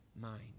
mind